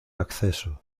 acceso